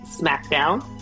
SmackDown